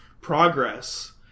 progress